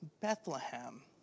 Bethlehem